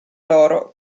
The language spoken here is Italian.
loro